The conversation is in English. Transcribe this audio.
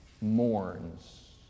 mourns